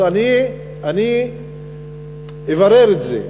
אבל אני אברר את זה.